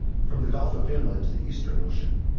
from the gulf of finland to the eastern ocean,